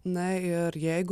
na ir jeigu